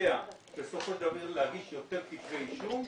לסייע כדי להגיש יותר כתבי אישום,